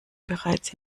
bereits